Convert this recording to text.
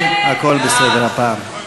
כן, הכול בסדר הפעם.